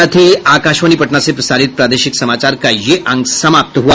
इसके साथ ही आकाशवाणी पटना से प्रसारित प्रादेशिक समाचार का ये अंक समाप्त हुआ